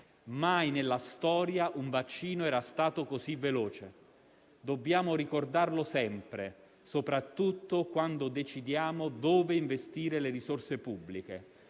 Mai nella storia un vaccino era stato così veloce: dobbiamo ricordarlo sempre, soprattutto quando decidiamo dove investire le risorse pubbliche.